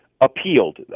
appealed